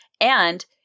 And-